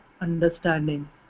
Understanding